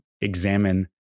examine